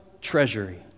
treasury